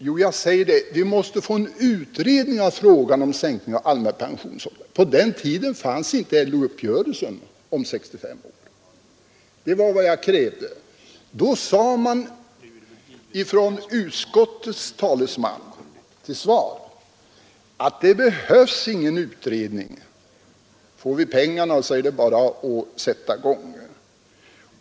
Jag krävde en utredning av frågan om sänkning av allmänna pensionsåldern. På den tiden fanns inte LO-överenskommelsen om 65 år. Då sade utskottets talesman till svar att det behövs ingen utredning; får vi pengarna så är det bara att sätta i gång.